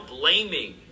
blaming